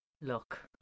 Look